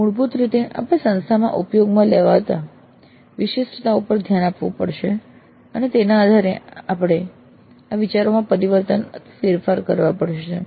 મૂળભૂત રીતે આપણે સંસ્થામાં ઉપયોગમાં લેવાતી વિશિષ્ટતાઓ પર ધ્યાન આપવું પડશે અને પછી તેના આધારે આપણે આ વિચારોમાં પરિવર્તન ફેરફાર કરવા પડશે